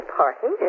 party